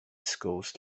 schools